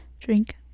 drink